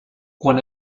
quan